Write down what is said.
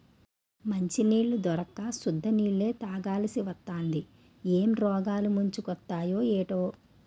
మంచినీళ్లు దొరక్క సుద్ద నీళ్ళే తాగాలిసివత్తాంది ఏం రోగాలు ముంచుకొత్తయే ఏటో